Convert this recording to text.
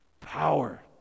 power